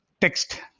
text